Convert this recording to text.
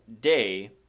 Day